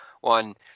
one